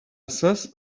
ses